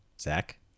zach